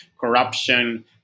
corruption